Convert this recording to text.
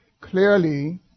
clearly